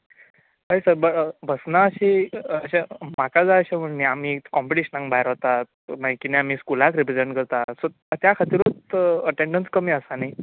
हय सर ना अशी अशें म्हाका जाय अशें म्हणून न्हय आमी कोम्पटिशनाक भायर वतात मागीर कितें आमी स्कूलाक रिप्रिझेंट करतात सो त्या खातीरच एटँडस कमी आसा न्हय